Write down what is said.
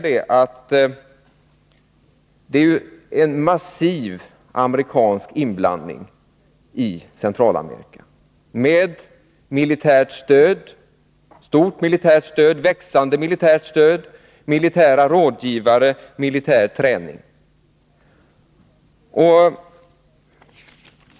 Det förekommer en massiv amerikansk inblandning i Centralamerika med ett stort och växande militärt stöd, militära rådgivare och militär träning.